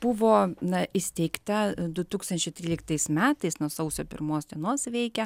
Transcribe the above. buvo na įsteigta du tūkstančiai tryliktais metais nuo sausio pirmos dienos veikia